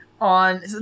on